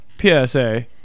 PSA